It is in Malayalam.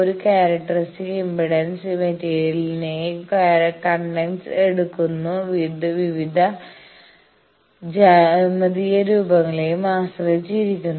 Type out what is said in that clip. ഒരു ക്യാരക്ടറിസ്റ്റിക്സ് ഇംപെഡൻസ് മെറ്റീരിയലിനെയും കണ്ടക്ടർസ് എടുക്കുന്ന വിവിധ ജ്യാമിതീയ രൂപങ്ങളെയും ആശ്രയിച്ചിരിക്കുന്നു